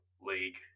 league